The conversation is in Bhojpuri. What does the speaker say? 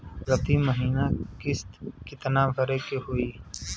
प्रति महीना किस्त कितना भरे के होई?